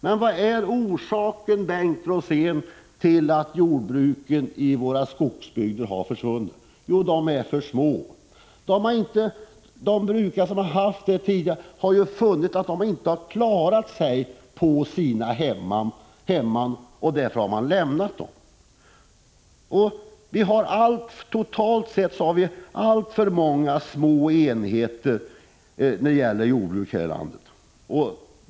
Men vilken är orsaken, Bengt Rosén, till att jordbruken i våra skogsbygder har försvunnit? Jo, jordbruken där är alltför små. Jordbrukarna har ju funnit att de inte kunnat försörja sig på sina hemman, och därför har de lämnat dem. Totalt sett har vi inom jordbruket här i landet alltför många små enheter.